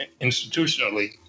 institutionally